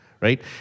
Right